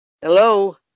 Hello